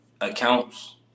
accounts